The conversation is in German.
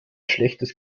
schlechtes